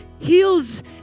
heals